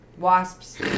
wasps